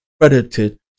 Credited